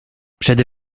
przede